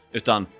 utan